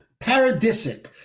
paradisic